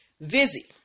Vizzy